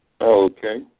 Okay